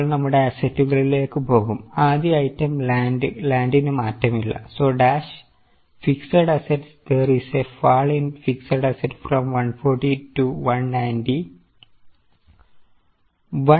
ഇപ്പോൾ നമ്മുടെ അസറ്റുകളിലേക്ക് പോകുംആദ്യ ഐറ്റം ലാൻഡ് ലാൻഡിന് മാറ്റമില്ല so dash fixed assets there is a fall in fixed asset from 140 to 190 1